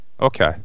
Okay